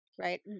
right